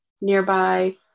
nearby